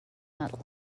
medal